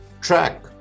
track